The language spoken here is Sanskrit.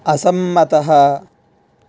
असम्मतः